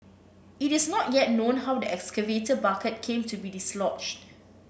it is not yet known how the excavator bucket came to be dislodged